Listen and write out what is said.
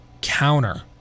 counter